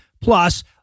plus